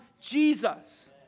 Jesus